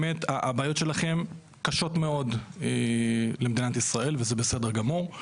באמת הבעיות שלכם קשות מאוד למדינת ישראל וזה בסדר גמור,